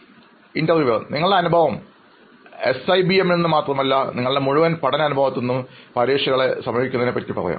അഭിമുഖം നടത്തുന്നയാൾ നിങ്ങളുടെ അനുഭവം എസ്ഐബിഎമ്മിൽ നിന്ന് മാത്രമല്ല നിങ്ങളുടെ മുഴുവൻ പഠന അനുഭവത്തിൽ നിന്നും പരീക്ഷകളെ സമീപിക്കുന്നതിനെപ്പറ്റി പറയാം